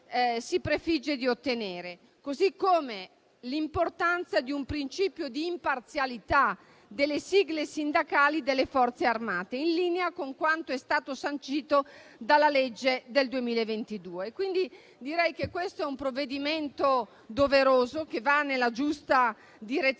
si prefigge di ottenere, così come l'importanza di un principio di imparzialità delle sigle sindacali delle Forze armate, in linea con quanto è stato sancito dalla legge del 2022. Quindi, direi che questo è un provvedimento doveroso che va nella giusta direzione